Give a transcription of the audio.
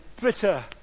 bitter